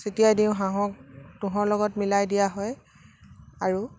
চটিয়াই দিওঁ হাঁহক তুঁহৰ লগত মিলাই দিয়া হয় আৰু